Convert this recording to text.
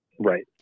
Right